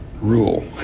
rule